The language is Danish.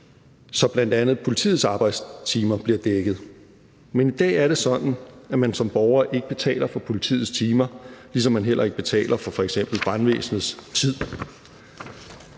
så bl.a. politiets arbejdstimer kunne blive dækket. Men i dag er det sådan, at man som borger ikke betaler for politiets timer, ligesom man heller ikke betaler for f.eks. brandvæsenets tid.